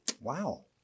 Wow